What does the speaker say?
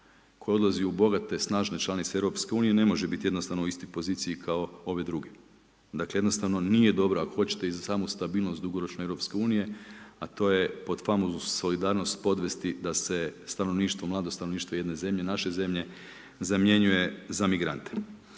koje odlaze u bogate snažne članice EU, ne može biti jednostavno u istoj poziciji kao ove druge. Dakle, jednostavno nije dobro ako hoćete i za samu stabilnost dugoročne EU, a to je pod famoznu solidarnost podvesti da se stanovništvo, mlado stanovništvo jedne zemlje, naše zemlje zamjenjuje za migrante.